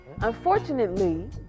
Unfortunately